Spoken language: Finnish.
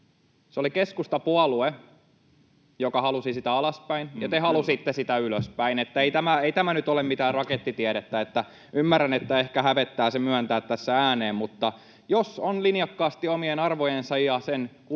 Se oli keskustapuolue, joka halusi sitä alaspäin, ja te halusitte sitä ylöspäin, että ei tämä nyt ole mitään rakettitiedettä. Ymmärrän, että ehkä hävettää myöntää se tässä ääneen, mutta jos on linjakkaasti omien arvojensa ja sen teidän